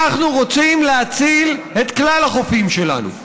אנחנו רוצים להציל את כלל החופים שלנו.